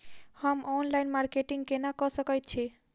हम online marketing केना कऽ सकैत छी?